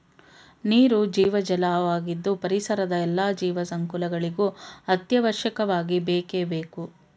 ನೀರು ಜೀವಜಲ ವಾಗಿದ್ದು ಪರಿಸರದ ಎಲ್ಲಾ ಜೀವ ಸಂಕುಲಗಳಿಗೂ ಅತ್ಯವಶ್ಯಕವಾಗಿ ಬೇಕೇ ಬೇಕು